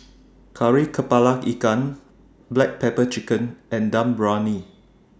Kari Kepala Ikan Black Pepper Chicken and Dum Briyani